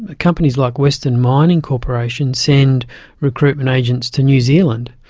ah companies like western mining corporation send recruitment agents to new zealand.